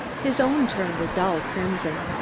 his own turned a dull crimson.